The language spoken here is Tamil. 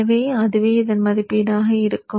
எனவே அதுவே இதன் மதிப்பீடாக இருக்கும்